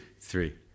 three